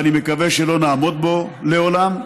ואני מקווה שלא נעמוד בו לעולם,